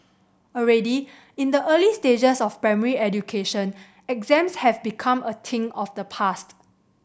already in the early stages of primary education exams have become a thing of the past